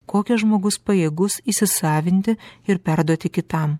kokią žmogus pajėgus įsisavinti ir perduoti kitam